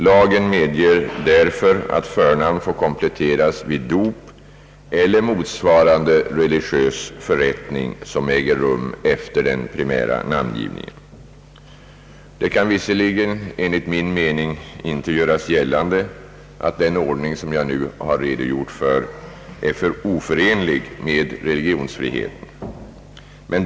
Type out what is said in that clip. Lagen medger därför att förnamn får kompletteras vid dop eller motsvarande religiös förrättning som äger rum efter den primära namngivningen. Det kan visserligen enligt min mening inte göras gällande, att den ordning jag nu har redogjort för är oförenlig med religionsfriheten.